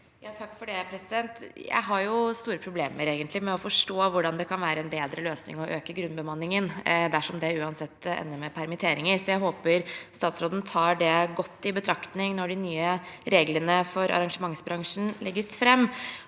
Jeg har egentlig store problemer med å forstå hvordan det kan være en bedre løsning å øke grunnbemanningen dersom det uansett ender med permitteringer. Så jeg håper statsråden tar det godt i betraktning når de nye reglene for arrangementsbransjen legges fram.